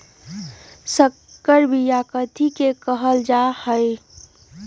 संकर बिया कथि के कहल जा लई?